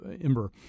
Imber